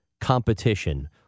competition